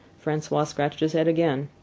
francois scratched his head again.